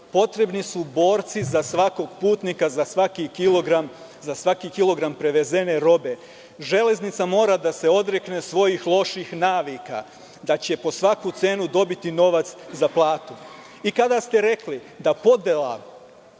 potrebni su borci za svakog putnika, za svaki kilogram prevezene robe. Železnica mora da se odrekne svojih loših navika da će po svaku cenu dobiti novac za platu. I kada ste rekli da podela